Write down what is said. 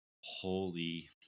Holy